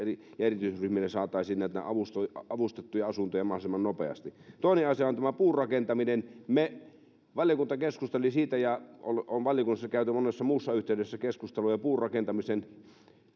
erityisryhmille saataisiin avustettuja asuntoja mahdollisimman nopeasti toinen asia on puurakentaminen valiokunta keskusteli siitä ja on on valiokunnassa käyty monessa muussakin yhteydessä keskusteluja puurakentamisen